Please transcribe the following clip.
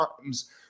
times